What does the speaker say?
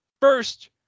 First